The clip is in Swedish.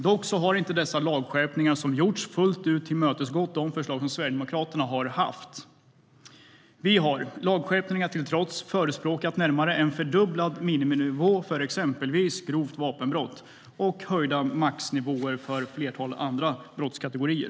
Dock har inte dessa lagskärpningar som gjorts fullt ut tillmötesgått de förslag som Sverigedemokraterna har haft. Vi har, lagskärpningarna till trots, förespråkat närmare en fördubblad miniminivå för exempelvis grovt vapenbrott och höjda maxnivåer för flera brottskategorier.